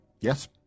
Yes